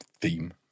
theme